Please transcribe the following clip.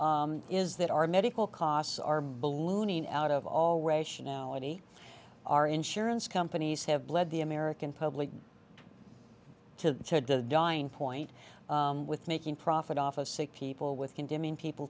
them is that our medical costs are ballooning out of all rationality our insurance companies have bled the american public to dying point with making profit off of sick people with condemning people